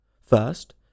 First